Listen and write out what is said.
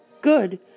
good